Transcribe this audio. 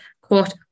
quote